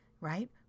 right